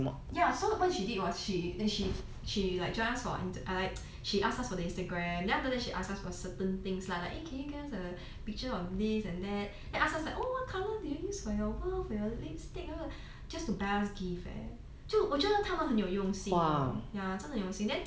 ya so what she did was she then she she like join us for like she ask us for the instagram then after that she ask us for certain things lah like can you get us a picture on this and that then ask us like oh what colour you use for your work for your lipstick just to buy us gift eh 就我觉得他们很有用心 lor 真的有用心 ya then